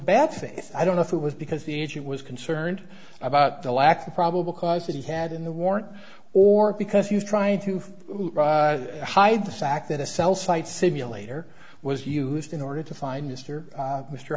bad things i don't know if it was because the agent was concerned about the lack of probable cause that he had in the warrant or because he was trying to hide the fact that a cell flight simulator was used in order to find mr mr